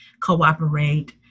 cooperate